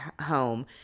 home